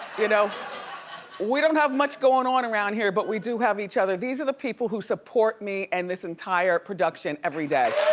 you know we don't have much going on around here but we do have each other, these are the people who support me and this entire production every day.